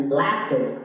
lasted